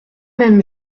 même